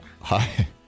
Hi